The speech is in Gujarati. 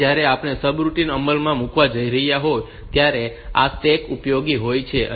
હવે જ્યારે આપણે સબરૂટિન અમલમાં મૂકવા જઈ રહ્યા હોઈએ ત્યારે આ સ્ટેક્સ ઉપયોગી હોય છે